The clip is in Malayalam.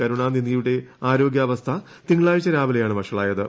കരുണാനിധിയുടെ ആരോഗ്യാവസ്ഥ തിങ്കളാഴ്ച രാവിലെയാണ് വഷളായത്